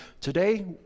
today